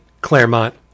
Claremont